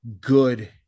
good